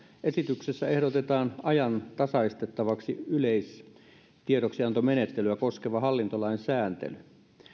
esityksessä ehdotetaan ajantasaistettavaksi yleistiedoksiantomenettelyä koskeva hallintolain sääntely